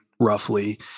roughly